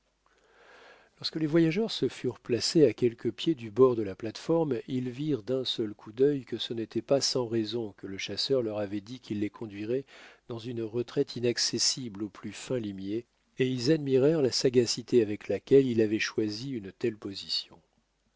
lorsque les voyageurs se furent placés à quelques pieds du bord de la plate-forme ils virent d'un seul coup d'œil que ce n'était pas sans raison que le chasseur leur avait dit qu'il les conduirait dans une retraite inaccessible aux plus fins limiers et ils admirèrent la sagacité avec laquelle il avait choisi une telle position